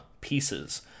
pieces